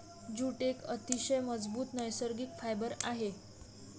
jute एक अतिशय मजबूत नैसर्गिक फायबर आहे